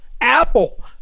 Apple